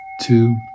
two